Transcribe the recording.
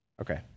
okay